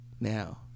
Now